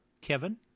Kevin